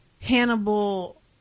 Hannibal –